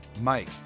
Mike